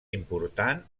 important